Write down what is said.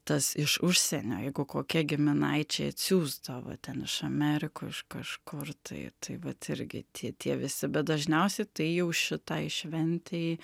tas iš užsienio jeigu kokie giminaičiai atsiųsdavo ten iš amerikų iš kažkur tai tai vat irgi tie tie visi bet dažniausiai tai jau šitai šventei